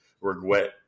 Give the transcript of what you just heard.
regret